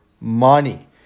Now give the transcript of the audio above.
money